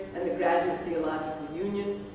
and the graduate theological union.